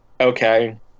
okay